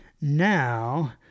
Now